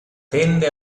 tende